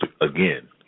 again